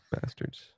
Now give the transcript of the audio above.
bastards